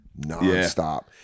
nonstop